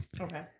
Okay